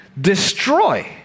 destroy